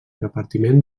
repartiment